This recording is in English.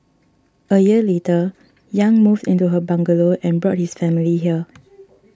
a year later Yang moved into her bungalow and brought his family here